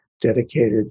dedicated